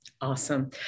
Awesome